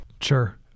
Sure